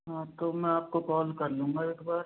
हाँ तो मैं आपको कॉल कर लूँगा एक बार